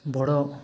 ବଡ଼